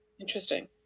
Interesting